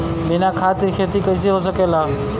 बिना खाद के खेती कइसे हो सकेला?